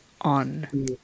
on